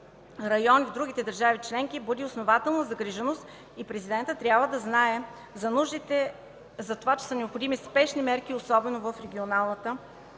райони от другите държави членки буди основателна загриженост. Президентът трябва да знае, че са необходими спешни мерки, особено в регионалната